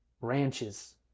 ranches